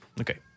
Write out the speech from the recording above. Okay